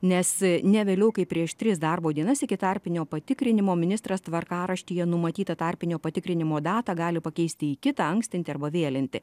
nes ne vėliau kaip prieš tris darbo dienas iki tarpinio patikrinimo ministras tvarkaraštyje numatytą tarpinio patikrinimo datą gali pakeisti į kitą ankstinti arba vėlinti